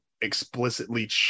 explicitly